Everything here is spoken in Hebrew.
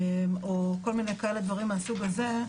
או כל מיני כאלה דברים מהסוג הזה,